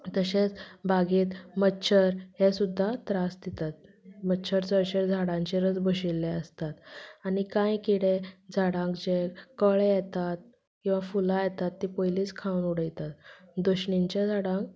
तशेंच बागेंत मच्छर हे सुद्धा त्रास दितात मच्छर चडशे झाडांचेरच बशिल्ले आसतात आनी कांय किडे झाडांचेर कळे येतात किंवा फुलां येतात तीं पयलींच खावन उडयतात दशणींच्या झाडांक